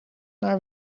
naar